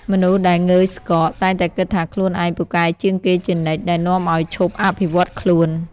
មនុស្សដែលងើយស្កក តែងតែគិតថាខ្លួនឯងពូកែជាងគេជានិច្ច ដែលនាំឱ្យឈប់អភិវឌ្ឍខ្លួន។